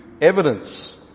evidence